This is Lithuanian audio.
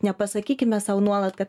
nepasakykime sau nuolat kad